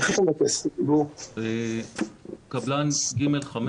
איך אתם --- קבלן ג'5